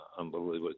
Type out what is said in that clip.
unbelievable